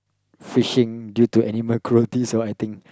fishing due to animal cruelties or I think